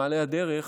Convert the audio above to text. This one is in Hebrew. במעלה הדרך